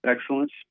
excellent